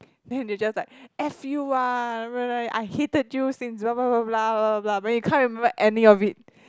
then they just like F you ah I hated you since but you can't remember any of it